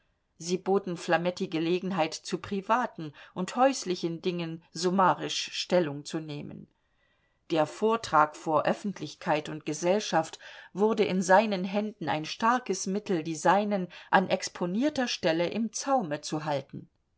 sie boten flametti gelegenheit zu privaten und häuslichen dingen summarisch stellung zu nehmen der vortrag vor öffentlichkeit und gesellschaft wurde in seinen händen ein starkes mittel die seinen an exponierter stelle im zaume zu halten